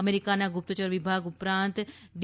અમેરિકાના ગુપ્તચર વિભાગ ઉપરાંત ડી